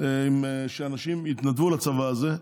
שאנשים יתנדבו לצבא הזה.